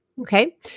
Okay